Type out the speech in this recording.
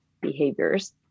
behaviors